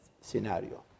scenario